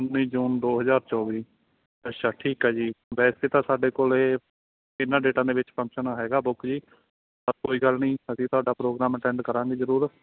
ਉੱਨੀ ਜੂਨ ਦੋ ਹਜ਼ਾਰ ਚੌਵੀ ਅੱਛਾ ਠੀਕ ਆ ਜੀ ਵੈਸੇ ਤਾਂ ਸਾਡੇ ਕੋਲ ਇਹਨਾਂ ਡੇਟਾਂ ਦੇ ਵਿੱਚ ਫੰਕਸ਼ਨ ਹੈਗਾ ਬੁੱਕ ਜੀ ਪਰ ਕੋਈ ਗੱਲ ਨਹੀਂ ਅਸੀਂ ਤੁਹਾਡਾ ਪ੍ਰੋਗਰਾਮ ਅਟੈਂਡ ਕਰਾਂਗੇ ਜ਼ਰੂਰ